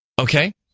Okay